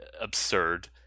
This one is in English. absurd